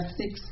six